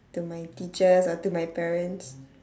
to my teachers or to my parents